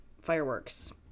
fireworks